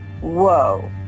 whoa